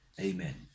Amen